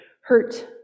hurt